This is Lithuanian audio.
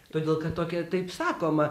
todėl kad tokie taip sakoma